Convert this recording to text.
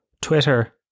Twitter